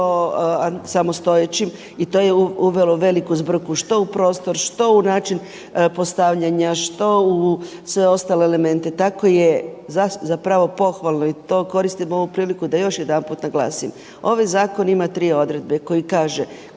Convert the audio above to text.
samostojećim i to je uvelo veliku zbrku, što u prostor, što u način postavljanja, što u sve ostale elemente. Tako je zapravo pohvalno i to koristim ovu priliku da još jedanput naglasim. Ovaj zakon ima tri odredbe koji kaže